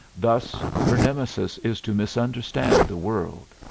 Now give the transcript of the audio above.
thus her nemesis is to misunderstand the world.